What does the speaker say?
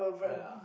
yeah